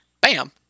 Bam